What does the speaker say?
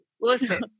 listen